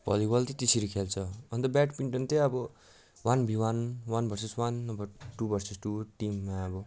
volleyball चाहिँ त्यसरी खेल्छ अन्त ब्याडमिन्टन चाहिँ अब वान भी वान वान भर्सेस वान नभए टू भर्सेस टू टिममा अब